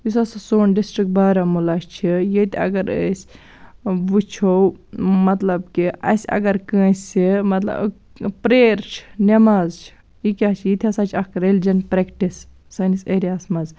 یُس ہسا سوٚن ڈِسٹرکٹ بارامولا چھُ ییٚتہِ اَگر أسۍ وُچھو مطلب کہِ اَسہِ اَگر کٲنٛسہِ مطلب پریر چھِ نیٚماز چھِ یہِ کیٛاہ چھِ یِتہٕ ہسا چھِ اکھ ریلِجن پرٛیکٹِس سٲنِس ایریاہَس منٛز